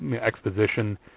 exposition